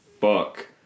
fuck